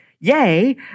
Yay